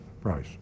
price